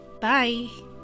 Bye